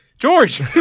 George